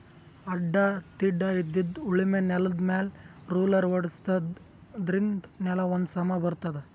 ಅಡ್ಡಾ ತಿಡ್ಡಾಇದ್ದಿದ್ ಉಳಮೆ ನೆಲ್ದಮ್ಯಾಲ್ ರೊಲ್ಲರ್ ಓಡ್ಸಾದ್ರಿನ್ದ ನೆಲಾ ಒಂದ್ ಸಮಾ ಬರ್ತದ್